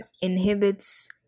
inhibits